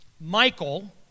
Michael